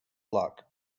block